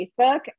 Facebook